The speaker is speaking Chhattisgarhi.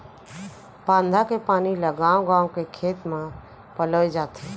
बांधा के पानी ल गाँव गाँव के खेत म पलोए जाथे